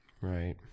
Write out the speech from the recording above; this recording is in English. Right